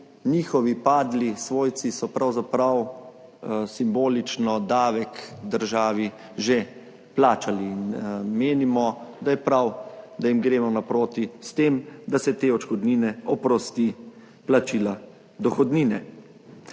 njihovi padli svojci so pravzaprav simbolično davek državi že plačali in menimo, da je prav, da jim gremo s tem naproti, da se te odškodnine oprosti plačila dohodnine.